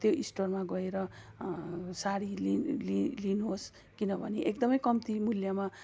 त्यो स्टोरमा गएर साडी लिनुहोस् किनभने एकदमै कम्ती मूल्यमा